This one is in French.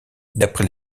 d’après